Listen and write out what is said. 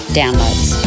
downloads